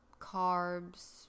carbs